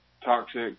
toxic